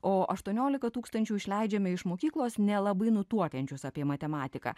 o aštuoniolika tūkstančių išleidžiame iš mokyklos nelabai nutuokiančius apie matematiką